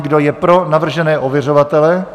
Kdo je pro navržené ověřovatele?